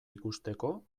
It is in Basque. ikusteko